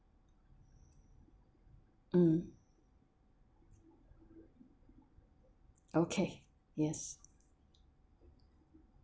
mm okay yes